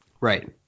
Right